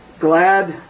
glad